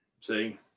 see